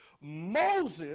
Moses